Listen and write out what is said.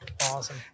Awesome